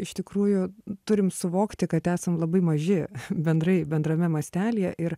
iš tikrųjų turim suvokti kad esam labai maži bendrai bendrame mastelyje ir